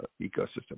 ecosystem